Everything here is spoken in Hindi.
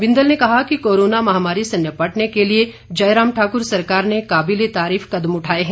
बिंदल ने कहा कि कोरोना महामारी से निपटने के लिए जयराम ठाक्र सरकार ने काबिले तारीफ कदम उठाए हैं